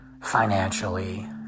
Financially